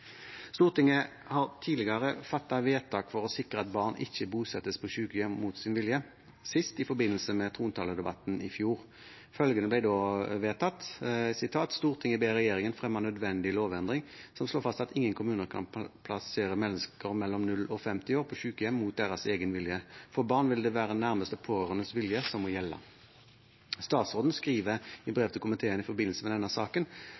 Stortinget har tidligere fattet vedtak for å sikre at barn ikke bosettes på sykehjem mot sin vilje, sist i forbindelse med trontaledebatten i fjor. Følgende ble da vedtatt: «Stortinget ber regjeringen fremme nødvendig lovendring som slår fast at ingen kommuner kan plassere mennesker mellom 0 og femti år, på sykehjem mot deres egen vilje. For barn vil det være nærmeste pårørendes vilje som må gjelde.» Statsråden skriver i brev til komiteen i forbindelse med denne saken